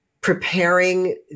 preparing